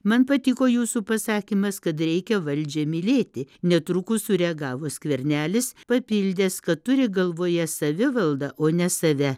man patiko jūsų pasakymas kad reikia valdžią mylėti netrukus sureagavo skvernelis papildęs kad turi galvoje savivaldą o ne save